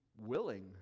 willing